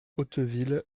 hauteville